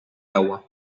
agua